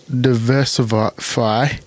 diversify